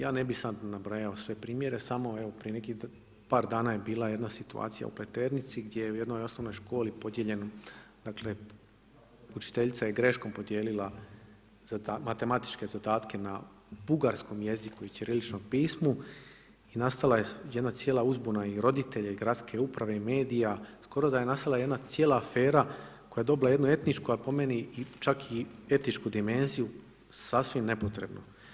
Ja ne bih sada nabrajao sve primjere samo evo prije par dana je bila jedna situacija u Pleternici gdje je u jednoj osnovnoj školi podijeljen, dakle učiteljica je greškom podijelila matematičke zadatke na bugarskom jeziku i ćiriličnom pismu i nastala je jedna cijela uzbuna i roditelja i gradske uprave i medija, skoro da je nastala jedna cijela afera koja je dobila jednu etničku, a po meni čak i etičku dimenziju sasvim nepotrebno.